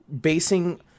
basing